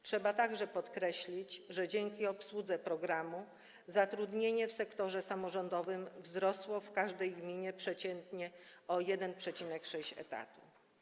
Trzeba także podkreślić, że dzięki obsłudze programu zatrudnienie w sektorze samorządowym wzrosło w każdej gminie przeciętnie o 1,6 etatu.